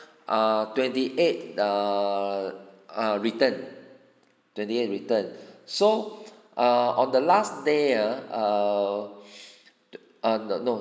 uh twenty eight uh uh return twenty eight return so uh on the last day ah err no no